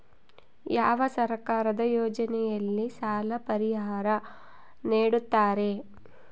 ಯಾವ ಸರ್ಕಾರದ ಯೋಜನೆಯಲ್ಲಿ ಸಾಲ ಪರಿಹಾರ ನೇಡುತ್ತಾರೆ?